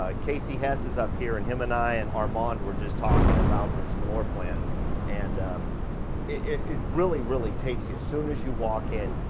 ah casey hess his up here and him and i and armand were just talking about this floor plan and it really, really takes you as soon as you walk in.